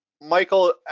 Michael